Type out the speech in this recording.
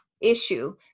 issue